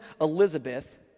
Elizabeth